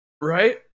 Right